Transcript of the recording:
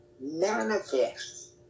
manifest